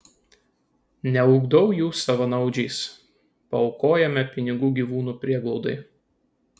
neugdau jų savanaudžiais paaukojame pinigų gyvūnų prieglaudai